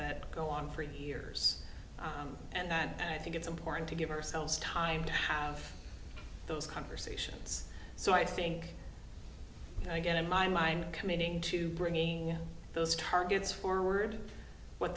that go on for years and i think it's important to give ourselves time to have those conversations so i think again in my mind committing to bringing those targets forward what